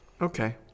Okay